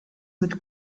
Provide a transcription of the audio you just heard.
mit